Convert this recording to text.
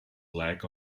lack